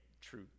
true